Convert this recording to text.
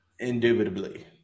Indubitably